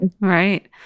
Right